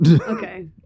Okay